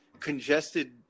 congested